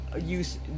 use